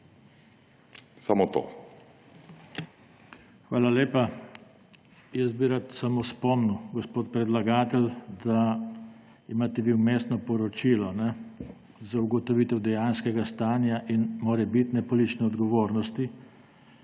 TANKO: Hvala lepa. Jaz bi rad samo spomnil, gospod predlagatelj, da imate vi vmesno poročilo za ugotovitev dejanskega stanja in morebitne politične odgovornosti